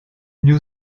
new